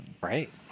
Right